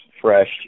fresh